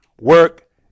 work